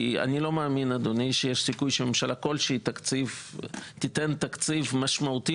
כי אני לא מאמין שיש סיכוי שממשלה כלשהי תיתן תקציב משמעותי